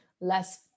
less